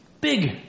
big